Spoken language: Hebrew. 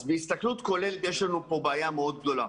אז בהסתכלות כוללת, יש לנו פה בעיה מאוד גדולה.